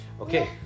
Okay